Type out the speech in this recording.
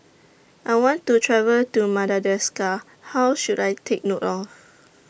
I want to travel to Madagascar How should I Take note of